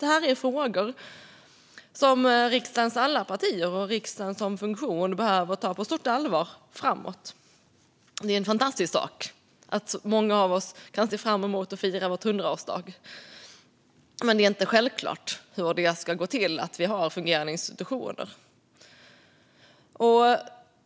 Detta är frågor som riksdagens alla partier behöver ta på stort allvar framöver. Det är en fantastisk sak att många av oss kan se fram emot att fira sin hundraårsdag, men det är inte självklart hur vi ska få fungerande institutioner.